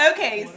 Okay